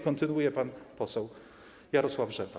Kontynuuje pan poseł Jarosław Rzepa.